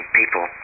people